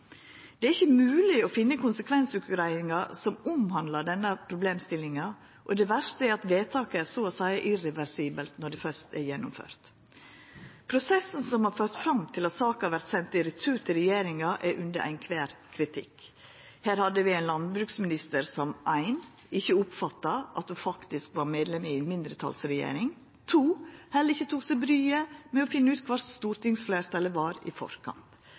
Det er ikkje mogleg å finna konsekvensutgreiingar som omhandlar denne problemstillinga, og det verste er at vedtaket er så å seia irreversibelt når det først er gjennomført. Prosessen som har ført fram til at saka vert send i retur til regjeringa, har vore svært dårleg. Her hadde vi ein landbruksminister som, punkt 1, ikkje oppfatta at ho faktisk var medlem av ei mindretalsregjering, og som, punkt 2, heller ikkje tok seg bryet med å finna ut kvar stortingsfleirtalet var, i forkant.